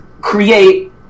create